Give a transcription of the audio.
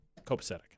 copacetic